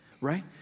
right